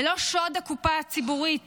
ולא שוד הקופה הציבורית